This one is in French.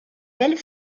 belles